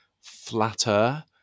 flatter